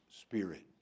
Spirit